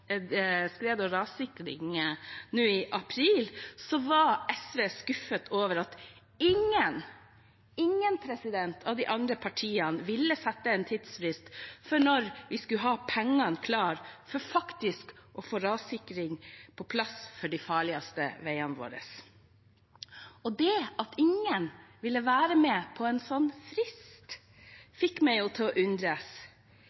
skred- og rassikring nå i april, var SV skuffet over at ingen av de andre partiene ville sette en tidsfrist for når vi skulle ha pengene klare for faktisk å få rassikring på plass for de farligste veiene våre. Det at ingen ville være med på en sånn